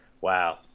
wow